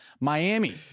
miami